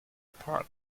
park